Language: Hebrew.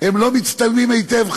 הם לא מצטלמים היטב,